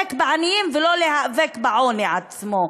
ולהיאבק בעניים, ולא להיאבק בעוני עצמו.